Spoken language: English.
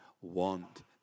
want